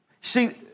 See